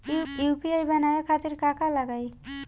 UPI बनावे खातिर का का लगाई?